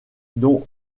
dont